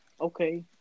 okay